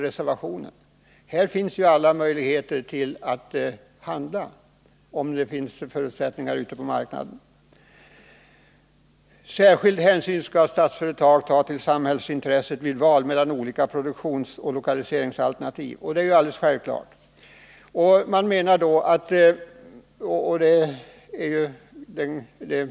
Här har man ju alla möjligheter att handla, om bara förutsättningarna ute på marknaden finns. Statsföretag skall ta särskild hänsyn till samhällsintresset vid valet mellan olika produktionsoch lokaliseringsalternativ. Det är alldeles självklart.